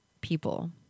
people